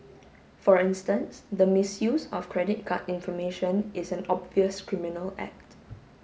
for instance the misuse of credit card information is an obvious criminal act